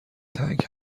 تنگ